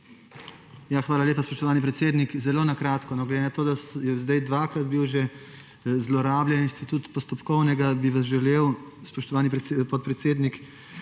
Hvala lepa, spoštovani podpredsednik. Zelo kratko. Ker je bil do zdaj že dvakrat zlorabljen institut postopkovnega, bi vas želel, spoštovani podpredsednik,